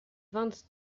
vingt